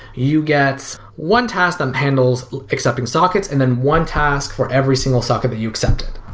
you get one task that handles accepting sockets and then one task for every single socket that you accept.